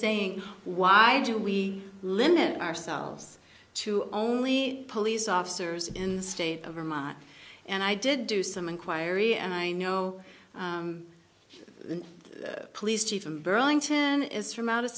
saying why do we limit ourselves to on only police officers in state of vermont and i did do some inquiry and i know the police chief in burlington is from out of